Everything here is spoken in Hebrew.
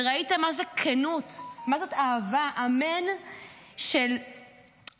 וראית מה זה כנות, מה זו אהבה, אמן של הזדהות,